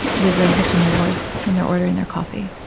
with the hitch in their voice when they're ordering their coffee.